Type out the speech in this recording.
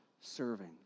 serving